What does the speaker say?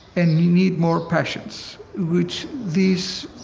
and we need more patience which these